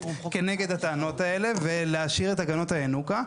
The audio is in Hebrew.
כנגד הטענות האלה ולהשאיר את תקנות הינוקא.